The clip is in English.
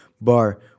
bar